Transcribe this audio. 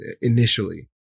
initially